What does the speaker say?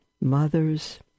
Mothers